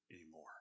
anymore